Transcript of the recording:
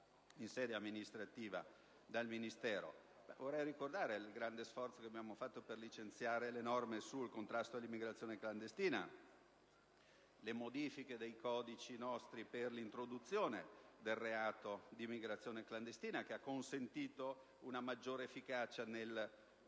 in sede amministrativa dal Ministero. Vorrei ricordare il grande sforzo che abbiamo sostenuto per licenziare le norme sul contrasto all'immigrazione clandestina, le modifiche apportate ai nostri codici per l'introduzione del reato di immigrazione clandestina, che ha consentito una maggiore efficacia nel reprimere